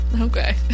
Okay